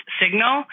signal